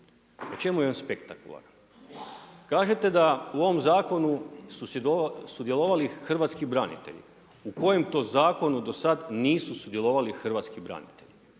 po čemu je on spektakularan? Kažete da u ovom zakonu su sudjelovali hrvatski branitelji, u kojem to zakonu do sada nisu sudjelovali hrvatski branitelji?